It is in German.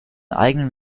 eigenen